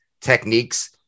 techniques